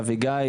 אביגיל,